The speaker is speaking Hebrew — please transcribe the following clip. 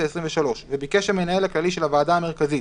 העשרים ושלוש וביקש המנהל הכללי של הוועדה המרכזית,